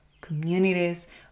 communities